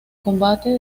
combate